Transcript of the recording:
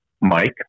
Mike